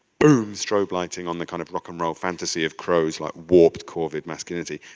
boom, strobe lighting on the kind of rock and roll fantasy of crows, like warped corvid masculinity,